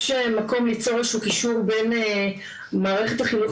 יש מקום ליצור איזה שהוא קישור בין מערכת החינוך